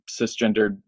cisgendered